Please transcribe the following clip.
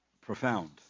profound